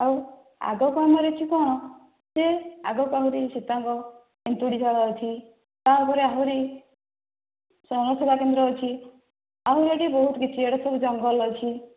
ଆଉ ଆଗ କାଳରେ ଏଠି କ'ଣ ସେ ଆଗ କାଳରେ ସୀତାଙ୍କ ଏନ୍ତୁଡ଼ି ଶାଳ ଅଛି ତାପରେ ଆହୁରି ଜନସେବାକେନ୍ଦ୍ର ଅଛି ଆହୁରି ଏଠି ବହୁତ କିଛି ଏଠି ସବୁ ଜଙ୍ଗଲ ଅଛି